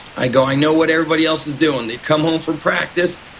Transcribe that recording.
i go, i know what everybody else is doing. they come home from practice,